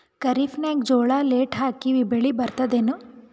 ಖರೀಫ್ ನಾಗ ಜೋಳ ಲೇಟ್ ಹಾಕಿವ ಬೆಳೆ ಬರತದ ಏನು?